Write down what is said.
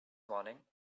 morning